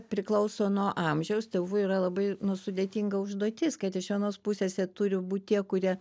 priklauso nuo amžiaus tėvų yra labai nu sudėtinga užduotis kad iš vienos pusės jie turi būt tie kurie